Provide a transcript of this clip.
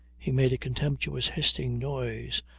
he made a contemptuous hissing noise.